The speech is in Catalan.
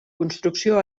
construcció